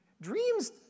Dreams